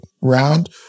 round